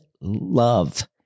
love